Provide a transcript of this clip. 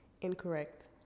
Incorrect